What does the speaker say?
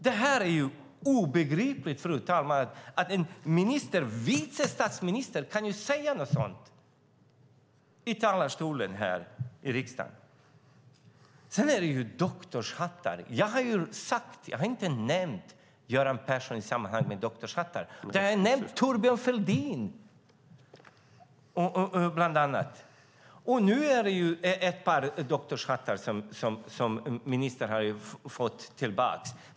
Det är obegripligt att en minister, vice statsministern, kan säga någonting sådant i talarstolen här i riksdagen. När det gäller doktorshattar har jag inte nämnt Göran Persson i sammanhanget med doktorshattar. Jag har nämnt bland andra Thorbjörn Fälldin. Ministern har fått tillbaka ett par doktorshattar.